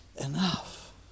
enough